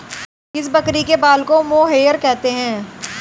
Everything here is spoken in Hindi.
किस बकरी के बाल को मोहेयर कहते हैं?